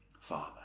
Father